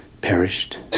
perished